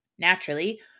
Naturally